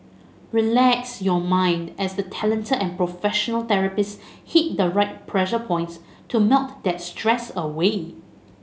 relax your mind as the talented and professional therapists hit the right pressure points to melt that stress away